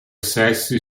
sessi